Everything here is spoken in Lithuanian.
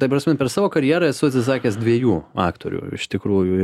ta prasme per savo karjerą esu atsisakęs dviejų aktorių iš tikrųjų